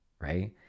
Right